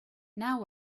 now